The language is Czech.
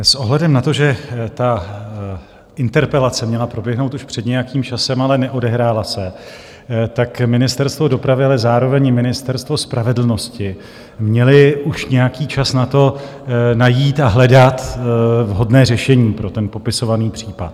S ohledem na to, že ta interpelace měla proběhnout už před nějakým časem, ale neodehrála se, Ministerstvo dopravy, ale zároveň i Ministerstvo spravedlnosti měly už nějaký čas na to, najít a hledat vhodné řešení pro popisovaný případ.